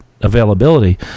availability